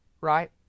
right